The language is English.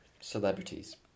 celebrities